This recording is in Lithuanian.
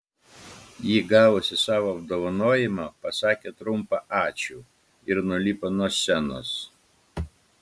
ji gavusi savo apdovanojimą pasakė trumpą ačiū ir nulipo nuo scenos